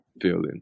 feeling